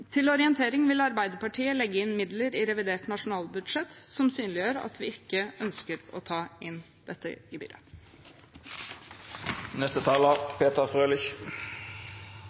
Til orientering vil Arbeiderpartiet legge inn midler i revidert nasjonalbudsjett som synliggjør at vi ikke ønsker å ta inn dette